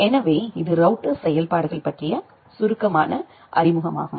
எனவே இது ரௌட்டர்ஸ் செயல்பாடுகள் பற்றிய சுருக்கமான அறிமுகமாகும்